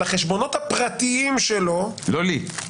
על החשבונות הפרטיים שלו --- לא לי.